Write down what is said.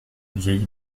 vieille